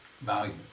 values